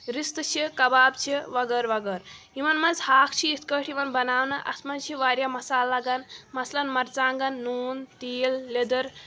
رِستہٕ چھِ کَباب چھِ وغٲر وغٲر یِمَن منٛز ہاکھ چھِ یِتھ کٲٹھۍ یِوان بَناونہٕ اَتھ منٛز چھِ واریاہ مَصالہٕ لَگَان مَثلن مَرژٕوانٛگَن نوٗن تیٖل لیٚدٕر